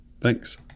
Thanks